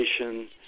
education